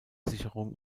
sicherung